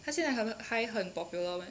他现在还还很 popular meh